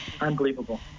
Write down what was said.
unbelievable